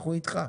אנחנו אתך.